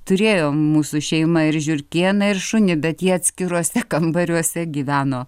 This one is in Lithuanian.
turėjo mūsų šeima ir žiurkėną ir šunį bet jie atskiruose kambariuose gyveno